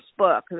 Facebook